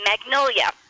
Magnolia